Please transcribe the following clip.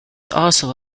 also